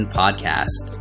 podcast